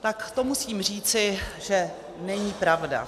Tak to musím říci, že není pravda.